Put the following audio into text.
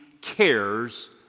cares